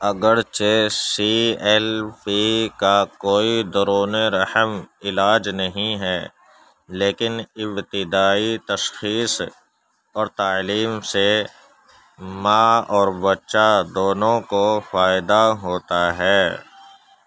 اگرچہ C L P کا کوئی درون رحم علاج نہیں ہے لیکن ابتدائی تشخیص اور تعلیم سے ماں اور بچہ دونوں کو فائدہ ہوتا ہے